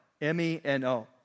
M-E-N-O